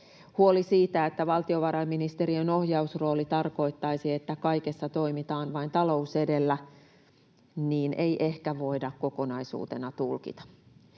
Huoli siitä, että valtiovarainministeriön ohjausrooli tarkoittaisi, että kaikessa toimitaan vain talous edellä — näin ei ehkä voida kokonaisuutena tulkita.